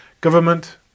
Government